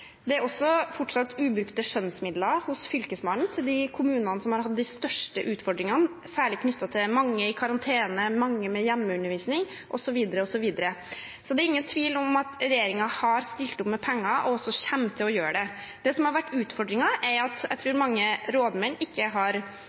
Det er også fortsatt ubrukte skjønnsmidler hos Fylkesmannen til de kommunene som har hatt de største utfordringene, særlig knyttet til mange i karantene, mange med hjemmeundervisning, osv. Så det er ingen tvil om at regjeringen har stilt opp med penger, og også kommer til å gjøre det. Det som har vært utfordringen, er at jeg tror mange rådmenn ikke har